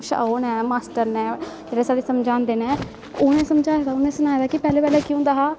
ओह् नै मास्टर नै जेह्ड़े साह्नू समझांदे नै उनें समझाए दा उनैं सखाए दा कि पैह्लें पैह्लैं केह् होंदा हा